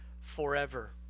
forever